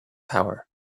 power